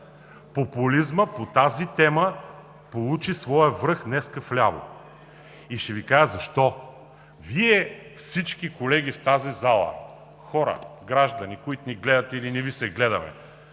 популизмът по тази тема днес получи своя връх в ляво и ще Ви кажа защо. Вие – всички колеги в тази зала, хора, граждани, които ни гледате, или не ни гледате,